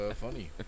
funny